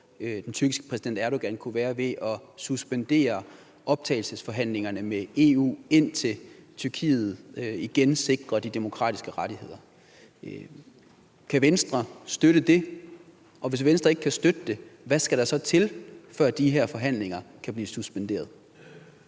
den tyrkiske præsident Erdogan, kunne være ved at suspendere optagelsesforhandlingerne med EU, indtil Tyrkiet igen sikrer de demokratiske rettigheder. Kan Venstre støtte det? Og hvis Venstre ikke kan støtte det, hvad skal der så til, før de her forhandlinger kan blive suspenderet?